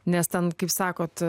nes ten kaip sakot